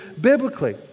biblically